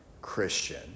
Christian